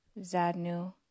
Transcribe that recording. zadnu